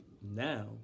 now